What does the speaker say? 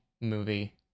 movie